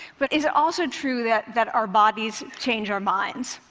but is it also true that that our bodies change our minds?